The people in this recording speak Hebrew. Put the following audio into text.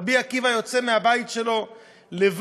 רבי עקיבא יוצא מהבית שלו לבד,